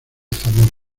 zamora